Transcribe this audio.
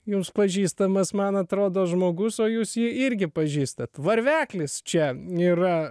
jūs pažįstamas man atrodo žmogus o jūs jį irgi pažįstat varveklis čia yra